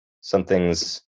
Something's